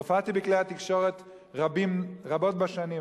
הופעתי בכלי התקשורת רבות בשנים,